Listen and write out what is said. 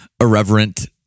irreverent